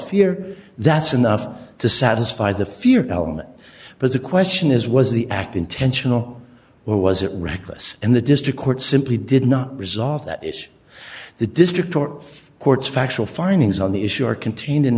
fear that's enough to satisfy the fear but the question is was the act intentional or was it reckless and the district court simply did not resolve that issue the district or court's factual findings on the issue are contained in